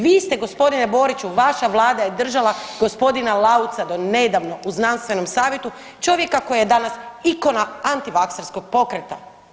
Vi ste gospodine Boriću, vaša vlada je držala gospodina Lauca do nedavno u znanstvenom savjetu čovjeka koji je danas ikona antivakserskog pokreta.